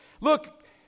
Look